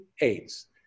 AIDS